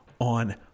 on